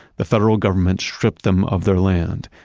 the federal government stripped them of their land.